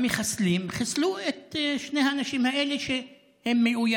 המחסלים חיסלו את שני האנשים האלה שמאוימים